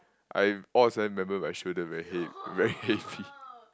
I all of a sudden remember what I shouldn't very heav~ very heavy